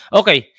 okay